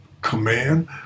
command